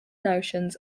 notions